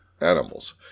Animals